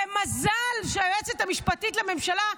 ומזל שהיועצת המשפטית לממשלה,